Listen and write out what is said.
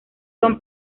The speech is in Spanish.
son